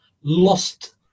lost